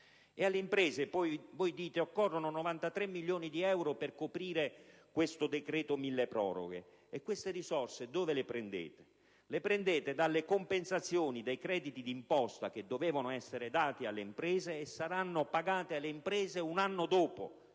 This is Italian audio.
Alle imprese voi dite che occorrono 93 milioni di euro per coprire il decreto milleproroghe. Queste risorse dove le prendete? Le prendete dalle compensazioni dei crediti d'imposta, che dovevano essere dati alle imprese e saranno pagati un anno dopo,